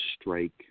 strike